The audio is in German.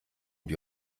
die